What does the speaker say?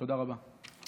תודה רבה.